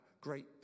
great